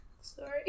Sorry